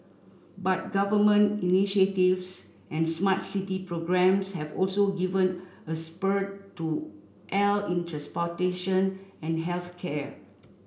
but government initiatives and smart city programs have also given a spurt to AI in transportation and health care